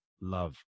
love